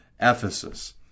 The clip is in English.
Ephesus